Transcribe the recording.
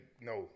No